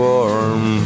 Warm